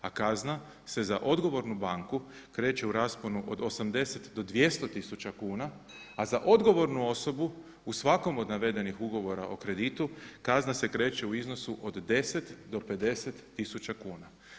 A kazna se za odgovornu banku kreće u rasponu od 80 do 200 tisuća kuna a za odgovornu osobu u svakom od navedenih ugovora o kreditu kazna se kreće u iznosu od 10 do 50 tisuća kuna.